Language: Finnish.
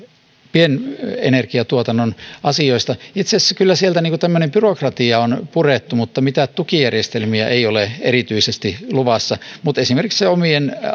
pienenergiatuotannon asioista itse asiassa kyllä sieltä tämmöinen byrokratia on purettu mutta mitään tukijärjestelmiä ei ole erityisesti luvassa mutta esimerkiksi